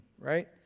right